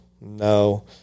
No